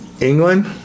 England